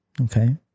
Okay